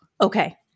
Okay